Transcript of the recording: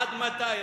עד מתי,